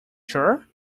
sure